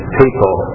people